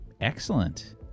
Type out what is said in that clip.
Excellent